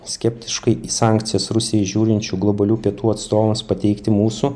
skeptiškai į sankcijas rusijai žiūrinčių globalių pietų atstovams pateikti mūsų